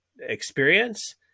experience